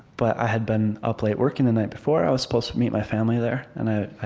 but i had been up late working the night before. i was supposed to meet my family there, and i i